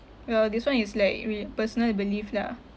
well this [one] is like re~ personal belief lah